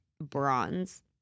bronze